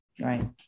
Right